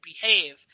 behave